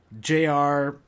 Jr